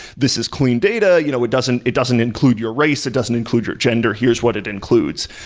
this is clean data. you know it doesn't it doesn't include your race. it doesn't include your gender. here's what it includes.